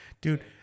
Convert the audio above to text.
Dude